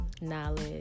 knowledge